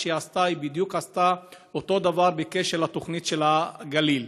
היא עשתה בדיוק את אותו דבר כמו בקשר לתוכנית של הגליל: